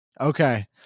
Okay